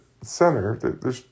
center